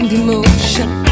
emotion